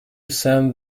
sent